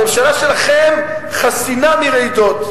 הממשלה שלכם חסינה מרעידות.